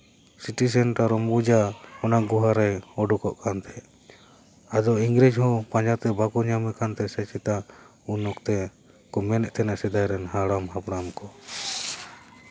city center ᱚᱢᱵᱩᱡᱟ ᱚᱱᱟ ᱜᱩᱦᱟ ᱨᱮᱭ ᱩᱰᱩᱠᱚᱜ ᱠᱟᱱ ᱛᱟᱦᱮᱸᱫ ᱟᱫᱚ ᱤᱝᱨᱮᱡᱽ ᱦᱚᱸ ᱯᱟᱸᱡᱟᱛᱮ ᱵᱟᱠᱚ ᱧᱟᱢᱮ ᱠᱟᱱ ᱛᱟᱦᱮᱸᱫ ᱥᱮ ᱪᱮᱛᱟ ᱩᱱ ᱚᱠᱛᱮ ᱠᱚ ᱢᱮᱱ ᱮᱫ ᱛᱟᱦᱮᱱᱟ ᱥᱮᱫᱟᱭ ᱨᱮᱱ ᱦᱟᱲᱟᱢ ᱦᱟᱯᱲᱟᱢ ᱠᱚ